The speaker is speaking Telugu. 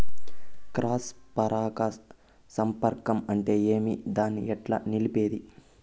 క్రాస్ పరాగ సంపర్కం అంటే ఏమి? దాన్ని ఎట్లా నిలిపేది?